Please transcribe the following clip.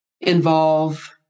involve